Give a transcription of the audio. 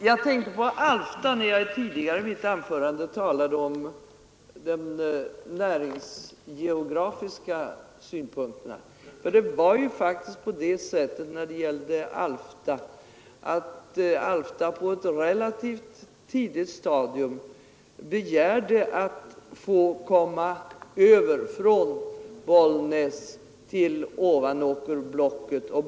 Jag tänkte på Alfta när jag i mitt tidigare anförande talade om de näringsgeografiska synpunkterna. Det var ju faktiskt på det sättet, att Alfta redan på ett relativt tidigt stadium begärde att få komma över från Bollnäsblocket till Ovanåkers kommunblock.